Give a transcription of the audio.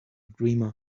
dreamer